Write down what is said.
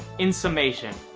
in summation.